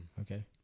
Okay